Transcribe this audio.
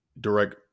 direct